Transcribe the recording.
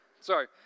sorry